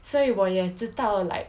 所以我也知道 like